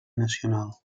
nacional